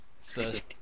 first